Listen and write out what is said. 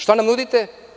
Šta nam nudite?